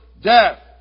death